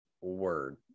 word